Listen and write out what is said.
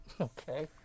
Okay